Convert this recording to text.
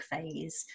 phase